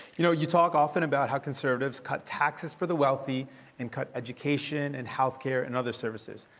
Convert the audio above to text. you know you talk often about how conservatives cut taxes for the wealthy and cut education and healthcare and other services.